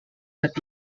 that